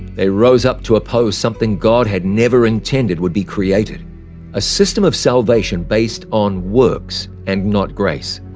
they rose up to oppose something god had never intended would be created a system of salvation based on works and not grace,